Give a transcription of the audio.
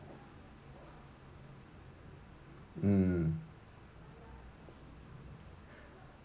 mm